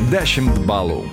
dešimt balų